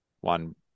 one